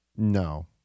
No